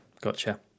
gotcha